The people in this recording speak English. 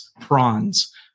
prawns